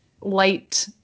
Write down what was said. light